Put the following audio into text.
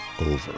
Over